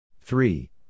Three